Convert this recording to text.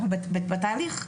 אנחנו בתהליך.